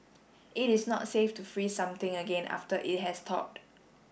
it is not safe to freeze something again after it has thawed